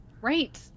Right